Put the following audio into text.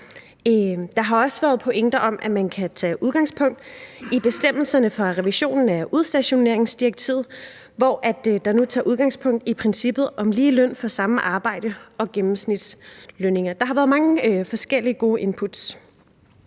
Der har også været nogle pointer fremme om, at man kan tage udgangspunkt i bestemmelserne fra revisionen af udstationeringsdirektivet, hvor der nu tages udgangspunkt i princippet om lige løn for samme arbejde og gennemsnitslønninger. Der har været mange gode forskellige input.